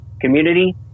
community